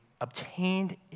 obtained